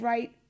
Right